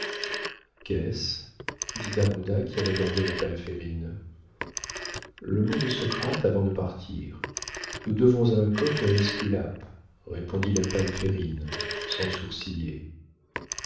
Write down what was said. qu'est-ce dit d'ajuda qui regardait la palférine le mot de socrate avant de partir nous devons un coq à esculape répondit la palférine sans sourciller